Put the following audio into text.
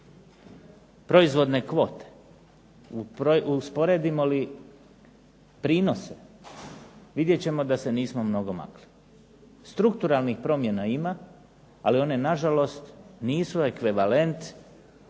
proizvodne kvote, usporedimo li prinose, vidjet ćemo da se nismo mnogo makli. Strukturalnih promjena ima, ali one na žalost nisu ekvivalent